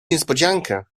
niespodziankę